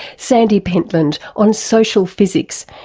sandy pentland on social physics,